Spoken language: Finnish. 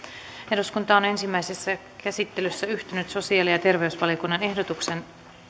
eduskunta on ensimmäisessä käsittelyssä yhtynyt sosiaali ja ja terveysvaliokunnan